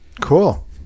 Cool